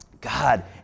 God